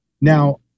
Now